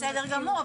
בסדר גמור.